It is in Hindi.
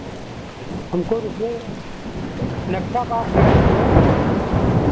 हमको तो नक्सा पास कराना है